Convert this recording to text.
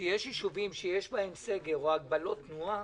שיש ישובים שיש בהם סגר או הגבלות תנועה,